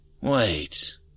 Wait